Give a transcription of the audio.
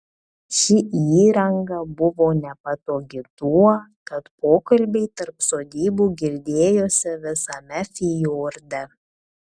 ši įranga buvo nepatogi tuo kad pokalbiai tarp sodybų girdėjosi visame fjorde